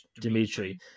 Dimitri